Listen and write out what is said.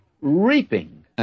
reaping